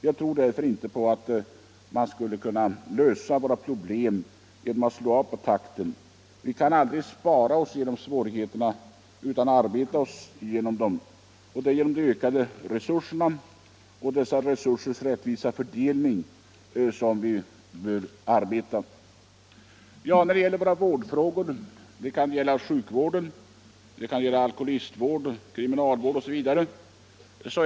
Jag tror inte att våra problem kan lösas genom att vi slår av på takten. Vi kan aldrig spara oss genom svårigheterna utan vi måste arbeta oss igenom dem. Det är för ökade resurser och dessa resursers rättvisa fördelning som vi bör arbeta. När det gäller vårdfrågorna, sjukvården, alkoholistvården, kriminalvården ösv.